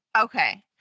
Okay